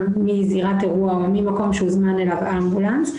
מזירת אירוע או ממקום שהוזמן אליו אמבולנס,